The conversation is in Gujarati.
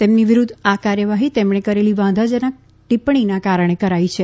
તેમની વિરૂધ્ધ આ કાર્યવાહી તેમણે કરેલી વાંધાજનક ટિપ્પણીના કારણે કરાઈ છે